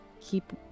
keep